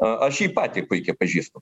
aš jį patį puikiai pažįstu